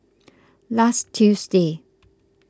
last Tuesday